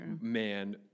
man